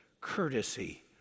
courtesy